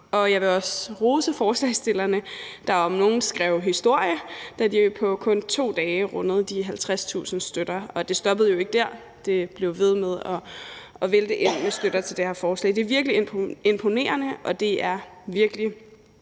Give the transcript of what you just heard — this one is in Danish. Jeg vil også rose forslagsstillerne, der om nogen skrev historie, da de på kun 2 dage rundede de 50.000 støtter. Og det stoppede jo ikke der – det blev ved med at vælte ind med støtter til det her forslag. Det er virkelig imponerende, og det er virkelig